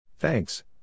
Thanks